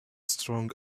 strong